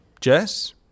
Jess